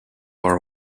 war